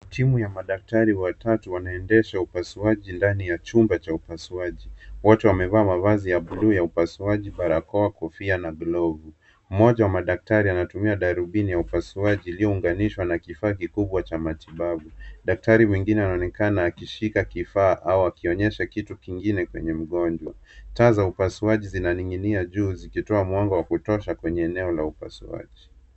Timu ya madaktari watatu wanaendesha upasuaji ndani ya chumba cha upasuaji, wote wamevaa mavazi ya bluu ya upasuaji, barakoa , kofia na glovu mmoja wa madaktari anatumia darubini ya upasuaji iliyounganishwa na kifaa kikubwa cha matibabu . Daktari mwingine anaonekana akishika kifaa au akionyesha kitu kingine kwenye mgonjwa, taa za upasuaji zinaning'inia juu zikitoa mwanga wa kutosha kwenye eneo la upasuaji.